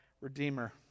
redeemer